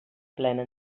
plena